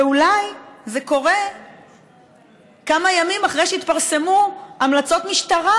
ואולי זה קורה כמה ימים אחרי שהתפרסמו המלצות משטרה